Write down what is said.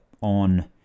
on